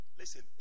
listen